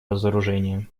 разоружения